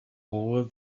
all